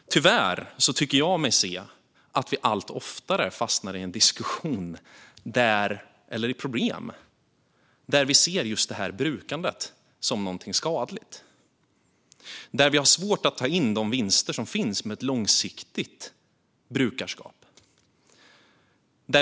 Tyvärr tycker jag mig se att vi allt oftare fastnar i en diskussion där vi ser just brukandet som ett problem, någonting skadligt, där vi har svårt att ta in de vinster som finns med ett långsiktigt brukande.